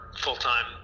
full-time